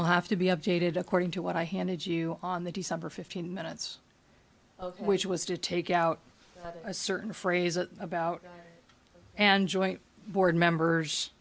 ill have to be updated according to what i handed you on the december fifteen minutes which was to take out a certain phrase at about and joint board members